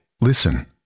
Listen